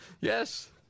Yes